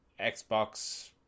Xbox